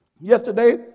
yesterday